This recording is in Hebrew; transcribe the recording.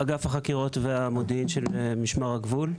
אגף החקירות והמודיעין של משמר הגבול.